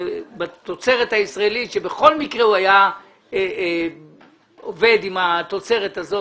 להשתמש בתוצרת הישראלית שבכל מקרה הוא היה עובד עם התוצרת הזאת,